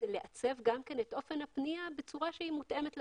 לעצב גם את אופן הפנייה בצורה שהיא מותאמת לשירות.